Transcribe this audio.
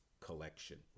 Collection